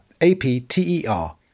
A-P-T-E-R